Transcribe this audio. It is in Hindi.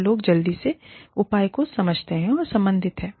तो लोग जल्दी से उपाय को समझते हैं और संबंधित हैं